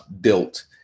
built